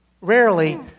rarely